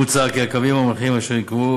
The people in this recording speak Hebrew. מוצע כי הקווים המנחים אשר ייקבעו